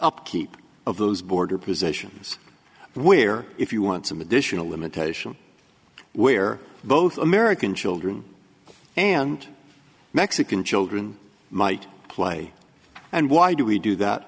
upkeep of those border positions where if you want some additional limitation where both american children and mexican children might play and why do we do that